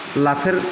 लाफेरबाय